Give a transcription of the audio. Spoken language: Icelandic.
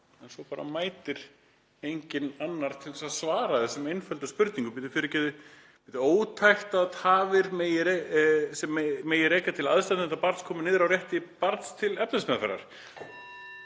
En svo bara mætir enginn annar til þess að svara þessum einföldu spurningum: Bíddu, fyrirgefið þið. Það er ótækt að tafir sem megi rekja til aðstandenda barns komi niður á rétti barns til efnismeðferðar.